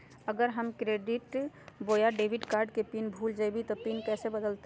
अगर हम क्रेडिट बोया डेबिट कॉर्ड के पिन भूल जइबे तो पिन कैसे बदलते?